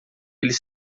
eles